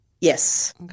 Yes